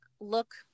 look